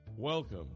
Welcome